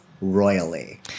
royally